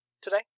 today